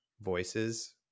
voices